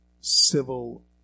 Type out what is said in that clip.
civil